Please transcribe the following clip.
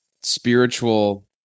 spiritual